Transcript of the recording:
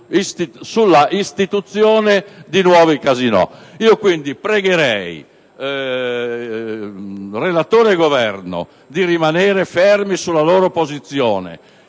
sull'istituzione di nuovi casinò. Quindi, pregherei il relatore e il Governo di rimanere fermi sulla loro posizione